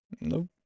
Nope